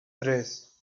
tres